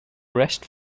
rest